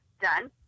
done